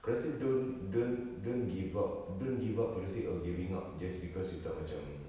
aku rasa don't don't don't give up don't give up for the sake of giving up just because you tak macam